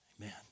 Amen